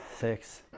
six